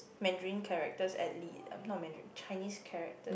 Mandarin characters at lea~ not Mandarin Chinese characters